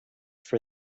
for